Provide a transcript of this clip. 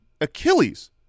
Achilles